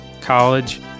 college